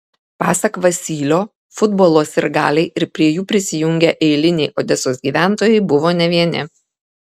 pasak vasylio futbolo sirgaliai ir prie jų prisijungę eiliniai odesos gyventojai buvo ne vieni